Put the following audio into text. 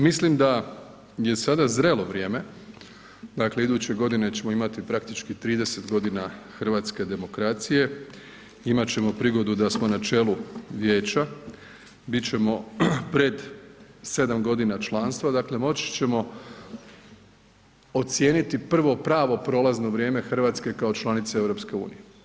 Mislim da je sada zrelo vrijeme, dakle iduće godine ćemo imati praktički 30 godina hrvatske demokracije, imat ćemo prigodu da smo na čelu vijeća, bit ćemo pred 7 godina članstva, dakle moći ćemo ocijeniti prvo pravo prolazno vrijeme Hrvatske kao članice EU.